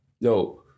No